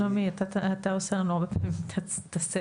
שלומי, אתה עושה לנו הרבה פעמים את הסדר.